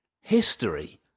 history